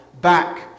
back